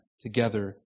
together